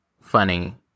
funny